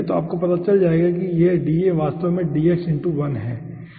तो आपको पता चल जाएगा कि dA वास्तव में dx×1 है